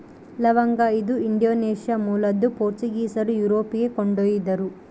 ಲವಂಗ ಇದು ಇಂಡೋನೇಷ್ಯಾ ಮೂಲದ್ದು ಪೋರ್ಚುಗೀಸರು ಯುರೋಪಿಗೆ ಕೊಂಡೊಯ್ದರು